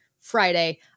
Friday